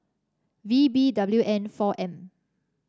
V B W N four M